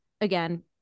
again